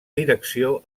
direcció